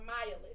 mileage